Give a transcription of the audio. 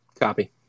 copy